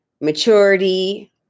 maturity